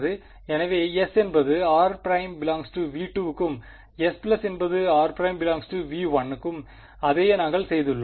எனவே S− என்பது r′∈V2 க்கும் S என்பது r′∈V1 அதையே நாங்கள் செய்துள்ளோம்